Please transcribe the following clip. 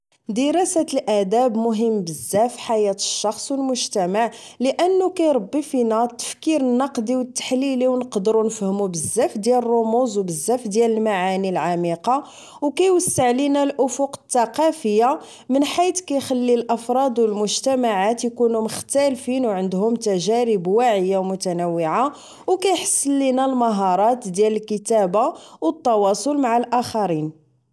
دراسة الاداب مهم بزاف فحياة الشخص و المجتمع لانه كيربي فينا التفكير النقدي و التحليلي و نقدرو نفهمو بزاف ديال الرموز و بزاف ديال المعاني العميقة و كيوسع لينا الافق التقافية من حيت كيخلي الافراد و المجتمعات اكونو مختلفين و عندهم تجارب واعية و متنوعة و كيحسن لينا المهارات ديال الكتابة و التواصل مع الاخرين